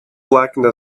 blackened